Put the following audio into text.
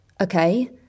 Okay